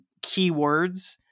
keywords